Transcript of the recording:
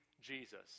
Jesus